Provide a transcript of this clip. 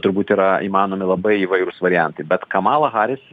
turbūt yra įmanomi labai įvairūs variantai bet kamala haris